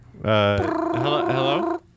hello